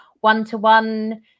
one-to-one